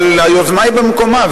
אבל היוזמה היא במקומה,